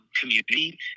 community